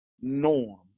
norm